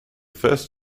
first